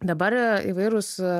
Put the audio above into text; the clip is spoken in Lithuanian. dabar yra įvairūs